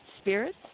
spirits